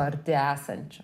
arti esančio